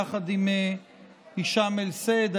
יחד עם הישאם א-סייד,